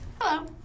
Hello